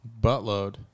Buttload